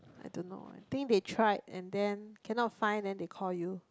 I don't know I think they tried and then cannot find then they call you